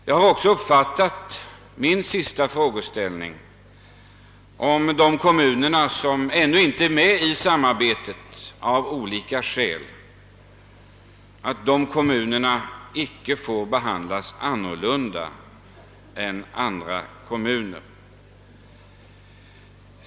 I anledning av min sista frågeställning angående de kommuner som av olika skäl ännu inte är med i samarbetet har jag nu fått det beskedet att dessa icke får behandlas annorlunda än andra kommuner.